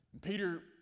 Peter